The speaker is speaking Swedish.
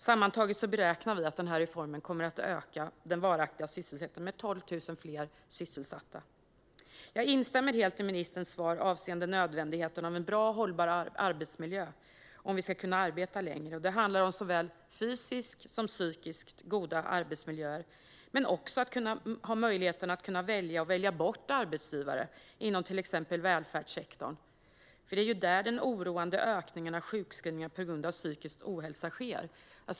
Vi beräknar att reformen sammantaget kommer att öka den varaktiga sysselsättningen med 12 000 fler sysselsatta. Jag instämmer helt i ministerns svar avseende nödvändigheten av en bra och hållbar arbetsmiljö om vi ska kunna arbeta längre. Det handlar om såväl fysiskt som psykiskt goda arbetsmiljöer men också om möjligheten att välja och välja bort arbetsgivare inom till exempel välfärdssektorn. Det är där den oroande ökningen av sjukskrivningar på grund av psykisk ohälsa sker.